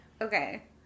Okay